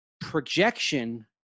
projection